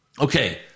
Okay